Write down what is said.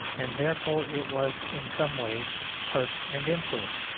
and therefore it was in some ways pert and insolent.